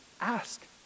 Ask